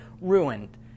ruined